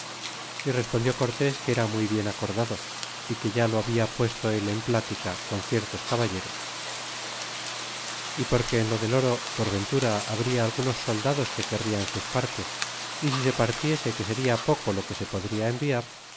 y respondió cortés que era muy bien acordado y que ya lo habla puesto él en plática con ciertos caballeros y porque en lo del oro por ventura habría algunos soldados que querrian sus partes y si se partiese que seria poco lo que se podria enviar